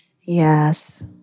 Yes